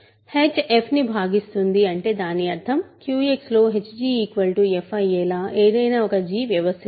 h f ని భాగిస్తుంది అంటే దాని అర్థం QX లో hg f అయ్యేలా ఏదైనా ఒక g వ్యవస్థితం అవుతుంది